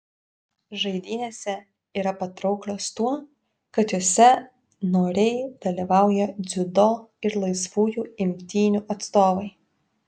žaidynėse yra patrauklios tuo kad jose noriai dalyvauja dziudo ir laisvųjų imtynių atstovai